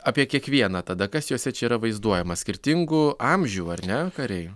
apie kiekvieną tada kas jose čia yra vaizduojama skirtingų amžių ar ne kariai